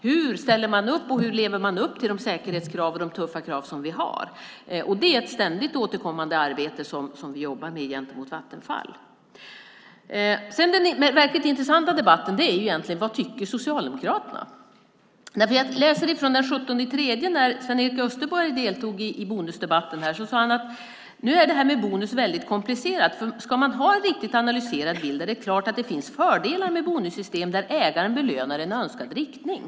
Hur lever man upp till de tuffa säkerhetskrav som vi har? Det är ett ständigt återkommande arbete som vi jobbar med gentemot Vattenfall. Den verkligt intressanta debatten är: Vad tycker Socialdemokraterna? Den 17 mars deltog Sven-Erik Österberg i bonusdebatten. Då sade han: "Nu är det här med bonus väldigt komplicerat, för ska man ha en riktigt analyserad bild är det klart att det finns fördelar med bonussystem där ägaren belönar i en önskad riktning."